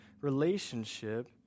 relationship